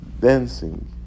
Dancing